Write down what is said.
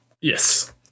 Yes